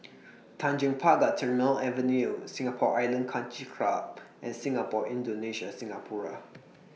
Tanjong Pagar Terminal Avenue Singapore Island Country Club and Singapore Indonesia Singapura